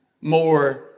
more